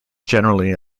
generally